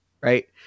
right